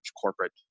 corporate